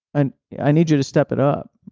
and i need you to step it up.